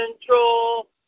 control